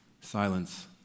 silence